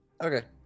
Okay